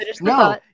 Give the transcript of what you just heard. no